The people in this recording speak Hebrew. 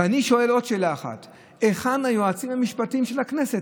ואני שואל עוד שאלה אחת: היכן היועצים המשפטיים של הכנסת?